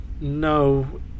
no